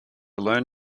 learn